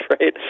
right